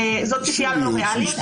זאת ציפייה לא ריאלית.